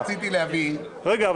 רק רציתי להבין --- רגע,